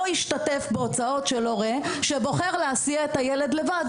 השתתף בהוצאות של הורה שבוחר להסיע את הילד לבד".